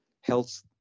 health